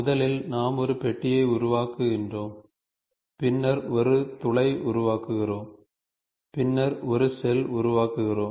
முதலில் நாம் ஒரு பெட்டியை உருவாக்குகிறோம் பின்னர் ஒரு துளை உருவாக்குகிறோம் பின்னர் ஒரு ஷெல் உருவாக்குகிறோம்